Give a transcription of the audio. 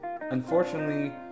Unfortunately